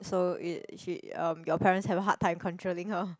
so it she um your parents have a hard time controlling her